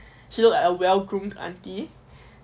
she looked like a well groomed auntie